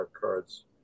cards